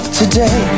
today